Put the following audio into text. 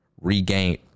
regain